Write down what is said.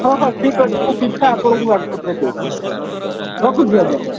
ହଁ ହଁ ଠିକ୍ ଅଛି ମୁଁ ଚିଠା ଆପଣଙ୍କୁ ହ୍ୱାଟ୍ସପ୍ରେ ଦେଇ ଦେଉଛି ରଖୁଛି ଆଜ୍ଞା